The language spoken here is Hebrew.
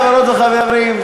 חברות וחברים,